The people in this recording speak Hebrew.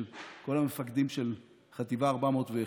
את כל המפקדים של חטיבה 401,